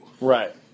Right